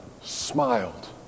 smiled